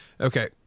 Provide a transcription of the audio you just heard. Okay